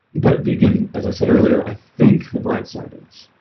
but begin as i said earlier, i think the bright side is